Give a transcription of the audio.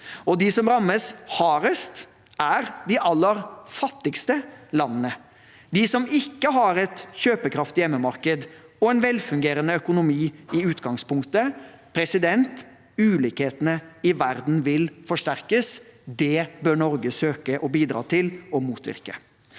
De som rammes hardest, er de aller fattigste landene – de som ikke har et kjøpekraftig hjemmemarked og en velfungerende økonomi i utgangspunktet. Ulikhetene i verden vil forsterkes. Det bør Norge søke å bidra til å motvirke.